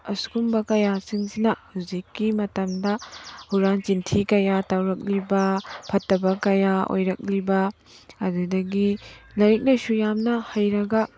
ꯑꯁꯤꯒꯨꯝꯕ ꯀꯌꯥꯁꯤꯡꯁꯤꯅꯥ ꯍꯧꯖꯤꯛꯀꯤ ꯃꯇꯝꯗ ꯍꯨꯔꯥꯟ ꯆꯤꯟꯊꯤ ꯀꯌꯥ ꯇꯧꯔꯛꯂꯤꯕ ꯐꯠꯇꯕ ꯀꯌꯥ ꯑꯣꯏꯔꯛꯂꯤꯕ ꯑꯗꯨꯗꯒꯤ ꯂꯥꯏꯔꯤꯛ ꯂꯥꯏꯁꯨ ꯌꯥꯝꯅ ꯍꯩꯔꯒ